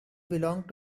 belong